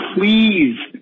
please